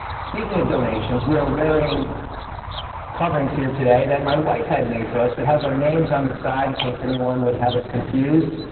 speaking of donations, we are wearing coverings here today that my wife had made for us. it has our names on the side, in case anyone would have us confused.